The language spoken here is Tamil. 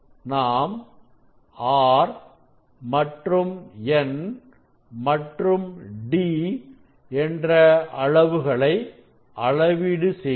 நாம் R மற்றும் n மற்றும் d என்ற அளவுகளை அளவீடு செய்தோம்